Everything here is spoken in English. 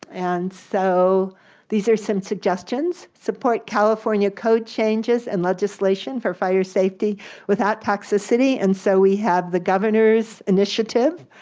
and so these are some suggestions. support california code changes and legislation for fire safety without toxicity, and so we have the governor's initiative,